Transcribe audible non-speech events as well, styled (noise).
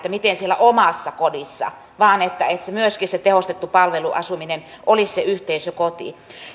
(unintelligible) miten siellä omassa kodissa vaan että myöskin se tehostettu palveluasuminen olisi se yhteisökoti